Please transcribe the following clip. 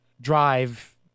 drive